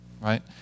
right